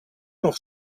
nog